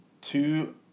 Two